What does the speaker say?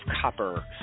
Copper